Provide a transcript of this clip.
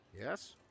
Yes